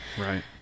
Right